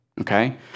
okay